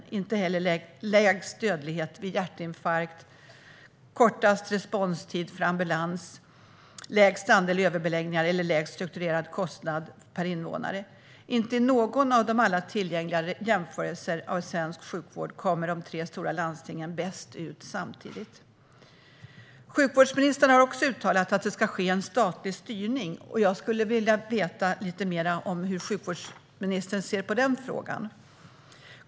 Det gör inte heller lägst dödlighet vid hjärtinfarkt, kortast responstid för ambulans, lägst andel överbeläggningar eller lägst strukturerad kostnad per invånare. Inte i någon av alla tillgängliga jämförelser av svensk sjukvård kommer de tre stora landstingen bäst ut samtidigt. Sjukvårdsministern har också uttalat att det ska vara statlig styrning. Jag skulle vilja veta lite mer om hur sjukvårdsministern ser på den frågan.